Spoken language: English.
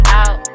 out